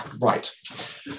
right